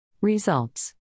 Results